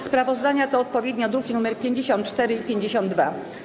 Sprawozdania to odpowiednio druki nr 54 i 52.